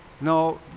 no